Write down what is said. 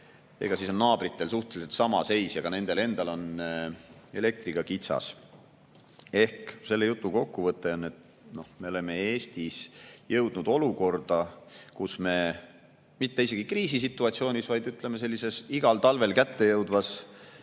ole, siis on naabritel suhteliselt sama seis ja nendel endalgi on elektriga kitsas. Selle jutu kokkuvõte on, et me oleme Eestis jõudnud olukorda, kus me mitte isegi kriisisituatsioonis, vaid, ütleme, sellisel igal talvel kättejõudvas